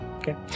Okay